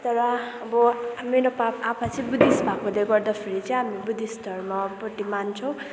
तर अब मेरो पापा आपा चाहिँ बुद्धिस्ट भएको गर्दाखेरि चाहिँ हामी बुद्धिस्ट धर्मपट्टि मान्छौँ